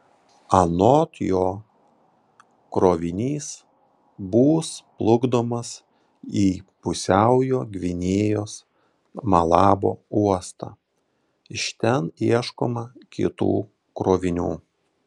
anot jo krovinys bus plukdomas į pusiaujo gvinėjos malabo uostą iš ten ieškoma kitų krovinių